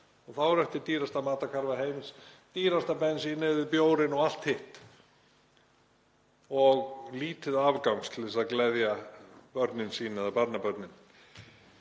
Og þá er eftir dýrasta matarkarfa heims, dýrasta bensínið, bjórinn og allt hitt og lítið afgangs til að gleðja börnin sín eða barnabörnin.